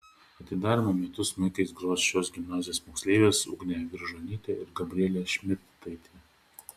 atidarymo metu smuikais gros šios gimnazijos moksleivės ugnė viržonytė ir gabrielė šmidtaitė